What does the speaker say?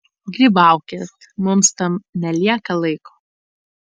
grybaukit mums tam nelieka laiko